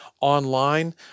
online